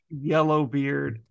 Yellowbeard